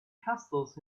castles